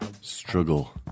struggle